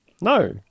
No